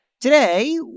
Today